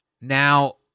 Now